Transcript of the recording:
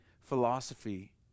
philosophy